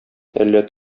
әллә